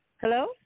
Hello